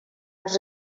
els